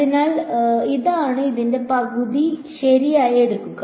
അതിനാൽ ഇതാണ് അതിന്റെ പകുതി ശരിയായി എടുക്കുക